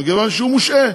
מכיוון שהוא מושעה.